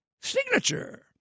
signature